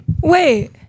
Wait